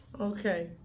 Okay